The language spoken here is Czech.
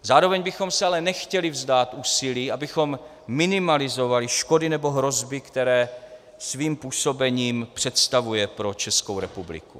Zároveň bychom se ale nechtěli vzdát úsilí, abychom minimalizovali škody nebo hrozby, které svým působením představuje pro Českou republiku.